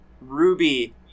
Ruby